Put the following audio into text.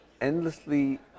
endlessly